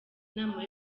inama